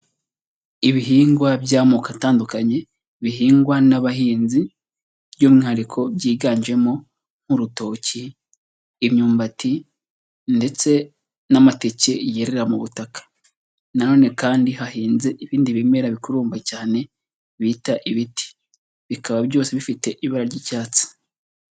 Ibihingwa by'amoko atandukanye bihingwa n'abahinzi by'umwihariko byiganjemo nk'urutoki, imyumbati ndetse n'amateke yerera mu butaka, na none kandi hahinze ibindi bimera bikurumba cyane bita ibiti, bikaba byose bifite ibara ry'icyatsi.